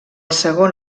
segon